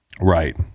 Right